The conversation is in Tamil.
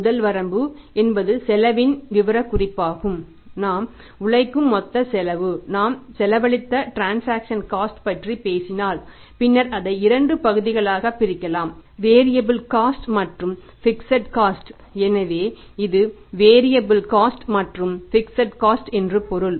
முதல் வரம்பு என்பது செலவின் விவரக்குறிப்பாகும் நாம் உழைக்கும் மொத்த செலவு நாம் செலவழித்த டிரன்சாக்சன் காஸ்ட் என்று பொருள்